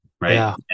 right